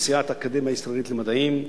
נשיאת האקדמיה הישראלית למדעים,